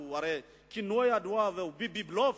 הרי כינויו הידוע הוא "ביביבלוף",